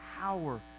power